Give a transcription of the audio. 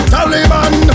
Taliban